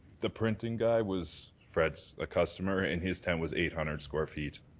the printing guy was fred's ah customer. and his tent was eight hundred square feet.